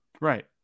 right